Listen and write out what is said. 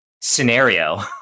scenario